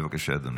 בבקשה, אדוני.